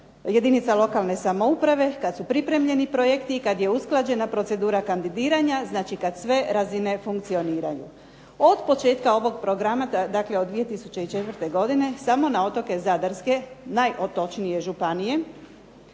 jedinica lokalne samouprave, kad su pripremljeni projekti i kad je usklađena procedura kandidiranja, znači kad sve razine funkcioniraju. Od početka ovog programa dakle od 2004. godine samo na otoke zadarske najotočnije županije